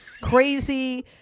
crazy